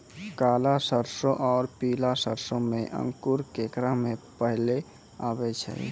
काला सरसो और पीला सरसो मे अंकुर केकरा मे पहले आबै छै?